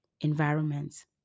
environments